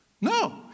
No